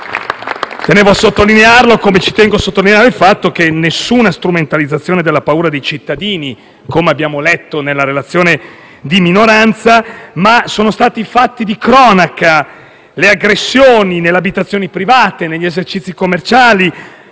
tenevo a sottolinearlo, così come tengo a sottolineare il fatto che non vi è stata alcuna strumentalizzazione della paura dei cittadini, come abbiamo letto nella relazione di minoranza. Sono stati i fatti di cronaca, le aggressioni nelle abitazioni private e negli esercizi commerciali,